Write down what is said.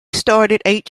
started